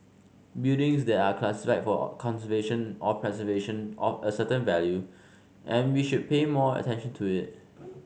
buildings that are classified for conservation or preservation or a certain value and we should pay more attention to it